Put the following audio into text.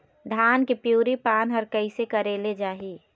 धान के पिवरी पान हर कइसे करेले जाही?